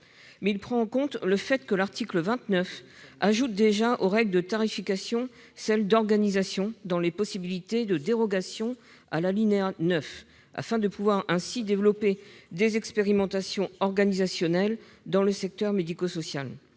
Mais nous prenons en compte le fait que l'article 29 ajoute déjà aux règles de tarification celle d'organisation dans les possibilités de dérogation à l'alinéa 9, afin de pouvoir ainsi développer des expérimentations organisationnelles dans le secteur médico-social.